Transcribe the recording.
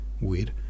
weird